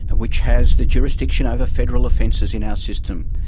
and which has the jurisdiction over federal offences in our system,